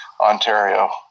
Ontario